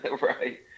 Right